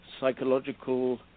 psychological